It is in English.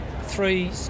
three